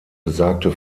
besagte